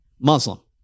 Muslim